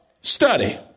Study